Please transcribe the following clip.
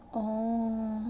oh